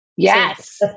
Yes